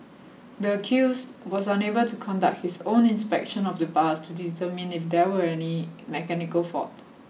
the accused was unable to conduct his own inspection of the bus to determine if there was any mechanical fault